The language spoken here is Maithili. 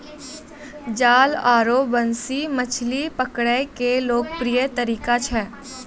जाल आरो बंसी मछली पकड़ै के लोकप्रिय तरीका छै